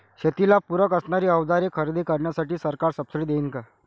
शेतीला पूरक असणारी अवजारे खरेदी करण्यासाठी सरकार सब्सिडी देईन का?